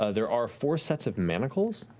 ah there are four sets of manacles.